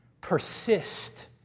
Persist